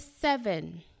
seven